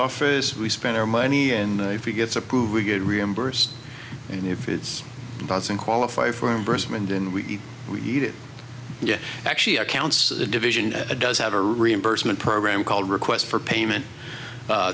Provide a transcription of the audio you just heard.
office we spend our money and if he gets approved we get reimbursed and if it's doesn't qualify for embarrassment and we we need it yes actually accounts the division does have a reimbursement program called request for payment